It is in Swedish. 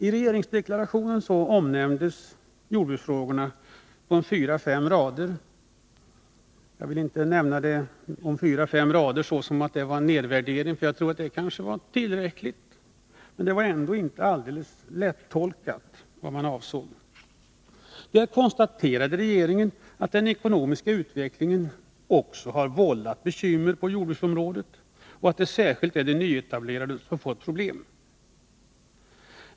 I regeringsdeklarationen omnämndes jordbruksfrågorna på fyra fem rader — att jag nämner detta innebär inte någon nedvärdering, för det var kanske tillräckligt, men vad man avsåg var inte helt lättolkat. Där konstaterade regeringen att den ekonomiska utvecklingen har vållat bekymmer också på jordbruksområdet och att det särskilt är de nyetablerade som har fått problem.